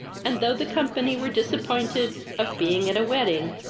and, though the company were disappointed of being at a wedding,